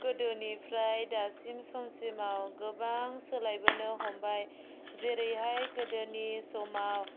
गोदोनिफ्राय दासिम समसिमाव गोबां सोलायबोनो हमबाय जेरैहाय गोदोनि समाव